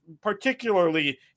particularly